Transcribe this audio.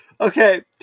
Okay